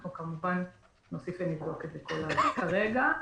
אנחנו נוסיף ונבדוק את זה, כמובן.